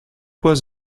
was